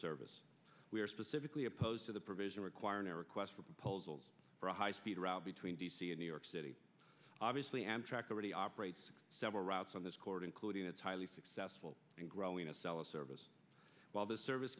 service we are specifically opposed to the provision requiring a request for proposals for a high speed route between d c and new york city obviously amtrak already operates several routes on this chord including its highly successful and growing a cell a service while the service